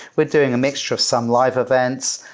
we're doing a mixture of some live events.